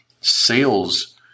sales